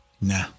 Nah